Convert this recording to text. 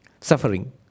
suffering